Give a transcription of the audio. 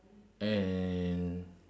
and